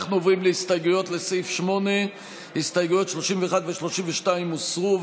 אנחנו עוברים להסתייגויות לסעיף 8. הסתייגויות 31 32 הוסרו.